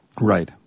Right